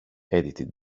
edited